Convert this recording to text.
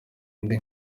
undi